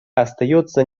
остается